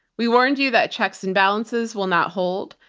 we warned you that checks and balances will not hold,